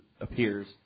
Appears